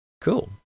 Cool